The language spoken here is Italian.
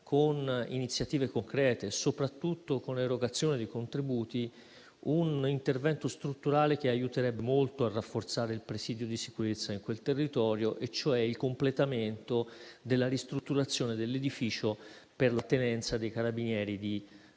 con iniziative concrete e soprattutto con l'erogazione di contributi, un intervento strutturale, che aiuterebbe molto a rafforzare il presidio di sicurezza in quel territorio, e cioè il completamento della ristrutturazione dell'edificio per la tenenza dei Carabinieri di